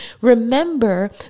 Remember